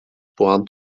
puan